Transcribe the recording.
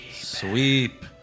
Sweep